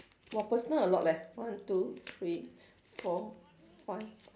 !wah! personal a lot leh one two three four five